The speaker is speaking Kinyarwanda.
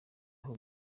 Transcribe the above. aho